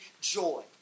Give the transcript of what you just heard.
joy